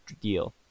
deal